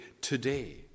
today